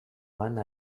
one